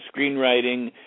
screenwriting